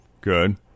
Good